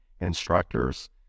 instructors